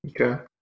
Okay